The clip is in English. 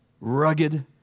Rugged